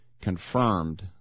confirmed